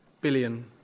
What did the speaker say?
billion